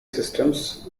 systems